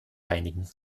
einigen